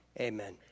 Amen